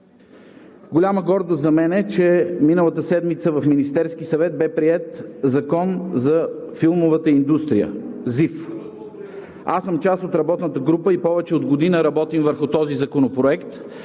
Голяма гордост за мен е, че миналата седмица в Министерския съвет бе приет Закон за филмовата индустрия – ЗФИ. Аз съм част от работната група и повече от година работим върху този законопроект,